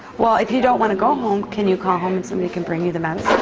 well, if you don't want to go home, can you call home and somebody can bring you the medicine?